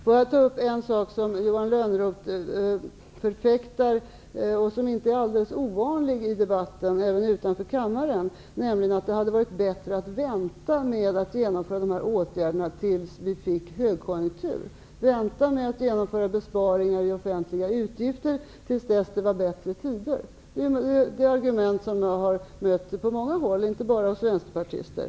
Jag vill ta upp en sak som Johan Lönnroth förfäktar och som inte är alldeles ovanligt i debatten även utanför kammaren, nämligen att det hade varit bättre att vänta med att genomföra åtgärderna tills det blev en högkonjunktur och vänta med att genomföra besparingar i offentliga utgifter till dess det var bättre tider. Det är argument som jag har mött på många håll -- inte bara hos vänsterpartister.